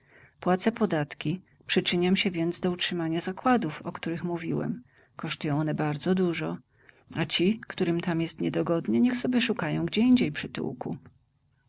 płacę podatki przyczyniam się więc do utrzymania zakładów o których mówiłem kosztują one bardzo dużo a ci którym tam jest niedogodnie niech sobie szukają